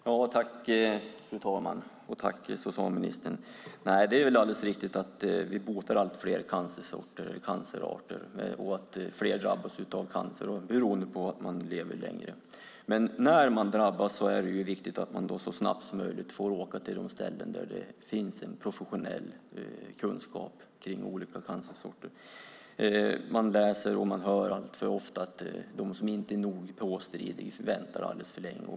Fru talman! Tack, socialministern! Det är alldeles riktigt att vi botar allt fler cancerarter och att fler drabbas av cancer beroende på att de lever längre. När man drabbas är det viktigt att så snabbt som möjligt få åka till de ställen där det finns en professionell kunskap om olika cancersorter. Vi läser och hör alltför ofta att de som inte är nog påstridiga får vänta alldeles för länge.